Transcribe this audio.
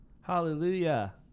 hallelujah